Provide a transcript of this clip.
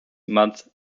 month